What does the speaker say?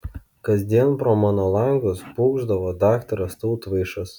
kasdien pro mano langus pūkšdavo daktaras tautvaišas